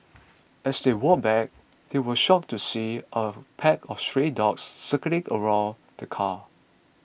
as they walked back they were shocked to see a pack of stray dogs circling around the car